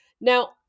now